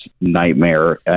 nightmare